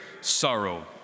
sorrow